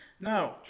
No